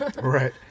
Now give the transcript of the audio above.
Right